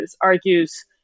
argues